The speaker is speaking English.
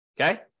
Okay